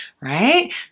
Right